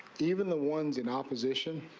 even the ones in opposition.